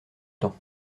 temps